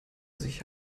sich